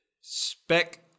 spec